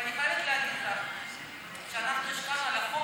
ואני חייבת להגיד לך שאנחנו השקענו בחוק